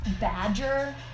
Badger